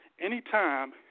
Anytime